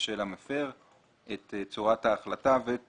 של המפר, את צורת ההחלטה ואת